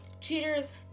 cheaters